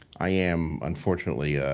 i am, unfortunately,